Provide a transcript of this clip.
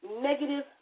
negative